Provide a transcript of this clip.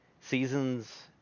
Seasons